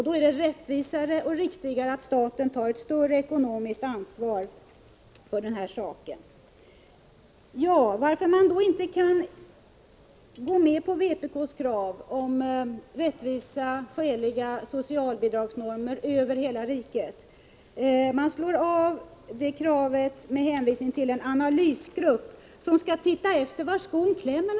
Då är det rättvisare och riktigare att staten tar ett större ekonomiskt ansvar. Utskottet avstyrker vpk:s krav på rättvisa och skäliga socialbidragsnormer för hela riket med hänvisning till en analysgrupp, som skall undersöka var skon klämmer.